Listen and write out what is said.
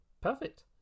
perfect